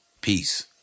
Peace